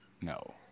No